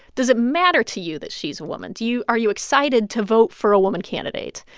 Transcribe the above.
does it matter to you that she's a woman? do you are you excited to vote for a woman candidate?